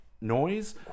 noise